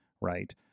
right